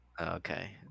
okay